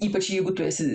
ypač jeigu tu esi